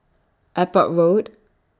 Airport Road